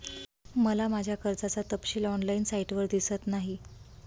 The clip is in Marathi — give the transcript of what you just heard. मला माझ्या कर्जाचा तपशील ऑनलाइन साइटवर दिसत नाही